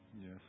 Yes